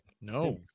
No